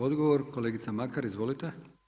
Odgovor kolegica Makar, izvolite.